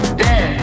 dead